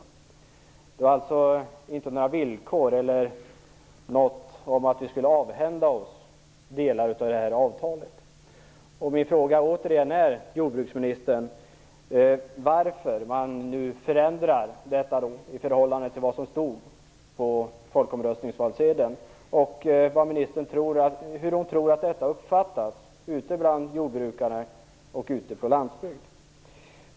Det ställdes alltså inte några villkor eller sades något om att vi skulle avhända oss delar av avtalet. Min fråga till jordbruksministern är återigen varför man nu gör en ändring i förhållande till vad som stod på valsedeln i folkomröstningen. Hur tror ministern att detta uppfattas ute bland jordbrukarna och ute på landsbygden?